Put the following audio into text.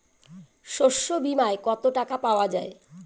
শস্য বিমায় কত টাকা পাওয়া যায়?